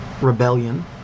rebellion